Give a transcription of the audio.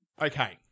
Okay